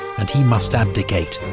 and he must abdicate.